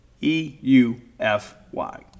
e-u-f-y